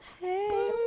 Hey